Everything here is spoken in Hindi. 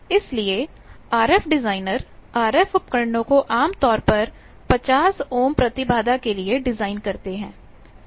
इसलिए आरएफ डिज़ाइनर आरएफ उपकरणों को आमतौर पर 50 ओम प्रतिबाधा के लिए डिज़ाइन करते हैं